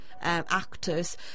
actors